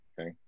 okay